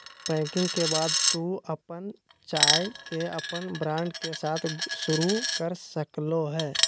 packing के बाद तू अपन चाय के अपन ब्रांड के साथ शुरू कर सक्ल्हो हें